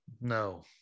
No